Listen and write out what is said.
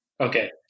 Okay